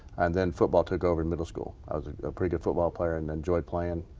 and then football took over in middle school. i was a pretty good football player and enjoyed playing.